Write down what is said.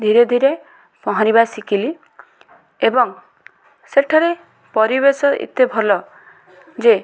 ଧୀରେ ଧୀରେ ପହଁରିବା ଶିଖିଲି ଏବଂ ସେଠାରେ ପରିବେଶ ଏତେ ଭଲ ଯେ